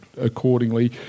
accordingly